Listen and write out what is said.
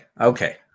okay